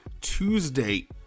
Tuesday